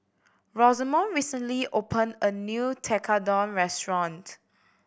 Rosamond recently opened a new Tekkadon restaurant